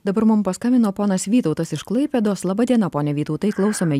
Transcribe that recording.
dabar mum paskambino ponas vytautas iš klaipėdos laba diena pone vytautai klausome